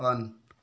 on